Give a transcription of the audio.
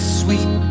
sweet